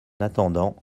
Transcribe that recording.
attendant